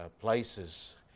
places